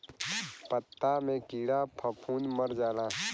पत्ता मे कीड़ा फफूंद मर जाला